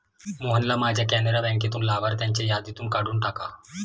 मोहनना माझ्या कॅनरा बँकेतून लाभार्थ्यांच्या यादीतून काढून टाका